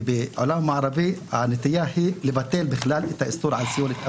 כי בעולם המערבי הנטייה היא לבטל בכלל את איסור סיוע להתאבדות.